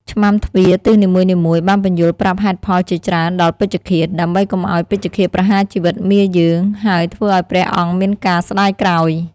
ឆ្មាំទ្វារទិសនីមួយៗបានពន្យល់ប្រាប់ហេតុផលជាច្រើនដល់ពេជ្ឈឃាត ដើម្បីកុំឱ្យពេជ្ឈឃាតប្រហារជីវិតមាយើង ហើយធ្វើឱ្យព្រះអង្គមានការស្តាយក្រោយ។